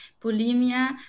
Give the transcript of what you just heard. bulimia